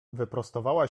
wyprostowała